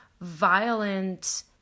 violent